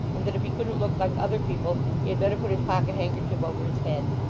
and that if he couldn't look like other people, he had better put his pocket-handkerchief over his head.